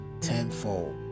Tenfold